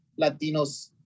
Latinos